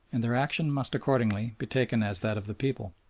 and their action must accordingly be taken as that of the people.